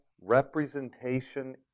representation